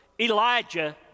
Elijah